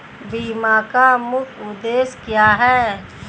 बीमा का मुख्य उद्देश्य क्या है?